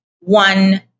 one